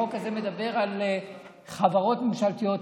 החוק הזה מדבר על חברות ממשלתיות,